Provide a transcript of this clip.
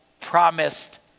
promised